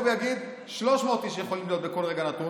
ויגיד ש-300 איש יכולים להיות בכל רגע נתון,